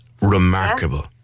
remarkable